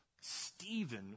Stephen